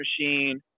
machine